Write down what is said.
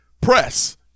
press